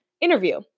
interview